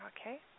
Okay